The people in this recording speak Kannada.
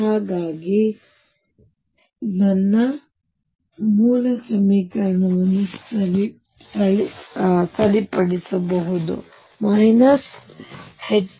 ಹಾಗಾಗಿ ಈಗ ನನ್ನ ಮೂಲ ಸಮೀಕರಣವನ್ನು ಸರಿಪಡಿಸಬಹುದು 22md2dx2VxxEψx